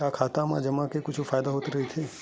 का खाता मा जमा के कुछु फ़ायदा राइथे?